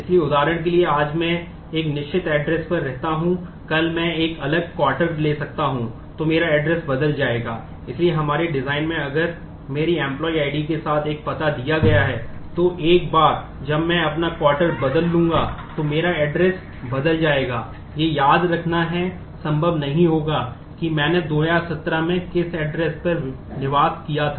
इसलिए उदाहरण के लिए आज मैं एक निश्चित address पर रहता हूं कल मैं एक अलग क्वार्टर बदलूंगा तो मेरा address बदल जाएगा यह याद रखना संभव नहीं होगा कि मैंने 2017 में किस address पर निवास किया था